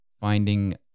finding